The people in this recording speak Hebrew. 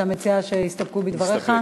אתה מציע שיסתפקו בדבריך?